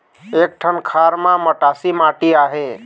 एक ठन खार म मटासी माटी आहे?